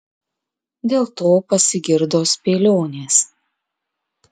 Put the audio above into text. dėl to pasigirdo spėlionės